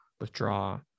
withdraw